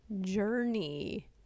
journey